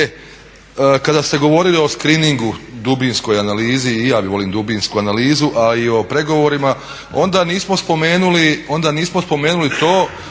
Kada ste govorili o screeningu, dubinskoj analizi i ja volim dubinsku analizu a i o pregovorima onda nismo spomenuli, onda